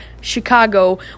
Chicago